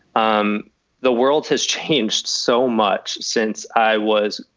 um the world has changed so much since i was,